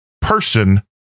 person